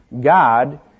God